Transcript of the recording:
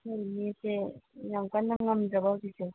ꯑꯩꯈꯣꯏꯒꯤ ꯃꯤꯁꯦ ꯌꯥꯝ ꯀꯟꯅ ꯉꯝꯗ꯭ꯔꯕ ꯍꯧꯖꯤꯛꯁꯦ